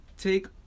take